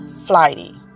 flighty